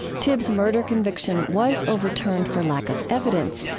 tibbs murder conviction was overturned for lack of evidence,